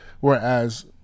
whereas